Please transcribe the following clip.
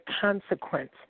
consequence